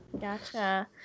Gotcha